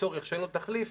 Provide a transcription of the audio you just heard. כצורך שאין לו תחליף,